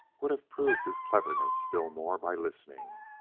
would have proved his cleverness still more by listening.